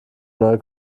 neue